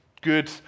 good